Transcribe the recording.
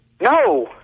No